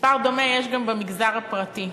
ומספר דומה יש גם במגזר הפרטי.